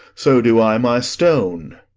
so do i my stone.